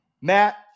Matt